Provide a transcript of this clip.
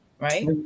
right